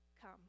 come